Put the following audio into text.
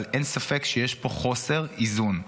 אבל אין ספק שיש פה חוסר איזון,